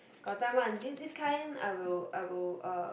got time one this this kind I will I will uh